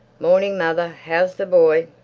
morning, mother! how's the boy?